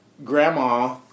grandma